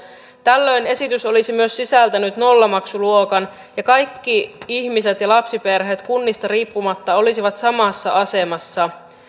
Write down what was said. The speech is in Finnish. tällöin esitys olisi myös sisältänyt nollamaksuluokan ja kaikki ihmiset ja lapsiperheet kunnista riippumatta olisivat samassa asemassa